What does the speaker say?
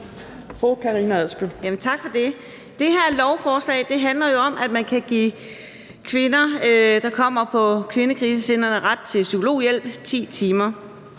Tak for det. Det her lovforslag handler jo om, at man kan give kvinder, der kommer på kvindekrisecentrene, ret til psykologhjælp i 10 timer.